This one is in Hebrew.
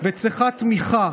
וצריכה תמיכה.